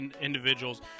individuals